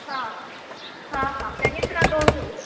हा हा हा हा चङी तरह तोल जो